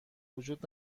وجود